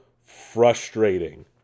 frustrating